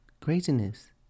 craziness